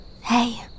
Hey